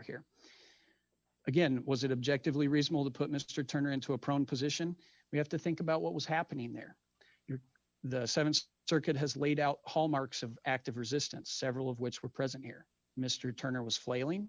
here again was it objectively reasonable to put mr turner into a prone position we have to think about what was happening there you're the th circuit has laid out hallmarks of active resistance several of which were present here mr turner was flailing